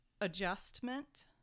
adjustment